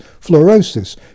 fluorosis